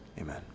Amen